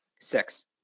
Six